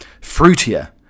fruitier